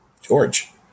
George